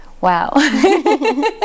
Wow